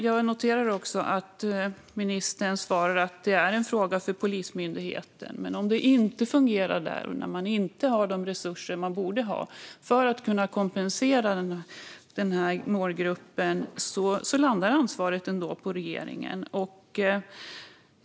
Jag noterar att ministern svarar att det är en fråga för Polismyndigheten, men om det inte fungerar där och de inte har de resurser de borde ha för att kunna kompensera den här målgruppen landar ansvaret ändå på regeringen.